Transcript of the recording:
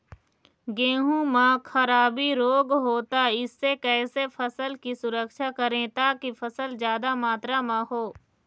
गेहूं म खराबी रोग होता इससे कैसे फसल की सुरक्षा करें ताकि फसल जादा मात्रा म हो?